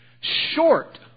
short